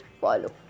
follow